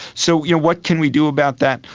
so you know what can we do about that?